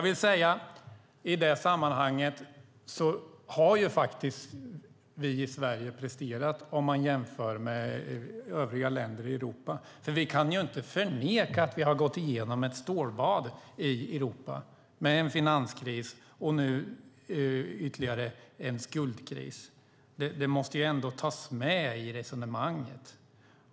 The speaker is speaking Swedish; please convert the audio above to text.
I det sammanhanget har vi i Sverige presterat om man jämför med övriga länder i Europa. Vi kan inte förneka att vi har gått igenom ett stålbad i Europa med en finanskris och nu ytterligare en skuldkris. Det måste ändå tas med i resonemanget.